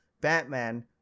Batman